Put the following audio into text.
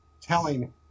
telling